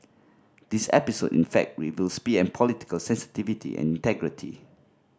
this episode in fact reveals P M political sensitivity and integrity